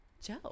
Joe